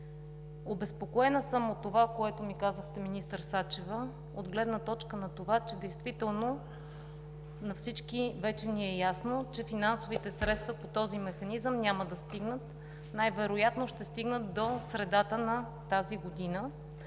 Обезпокоена съм от това, което ми казахте, министър Сачева, от гледна точка на това, че действително на всички вече ни е ясно, че финансовите средства по този механизъм няма да стигнат, а най-вероятно ще стигнат до средата на тази година.